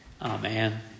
Amen